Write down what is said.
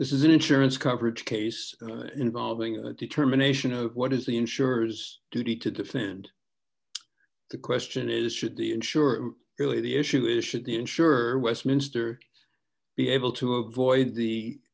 this is an insurance coverage case involving a determination of what is the insurers duty to defend the question is should the insurer really the issue is should the insurer westminster be able to avoid the